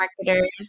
marketers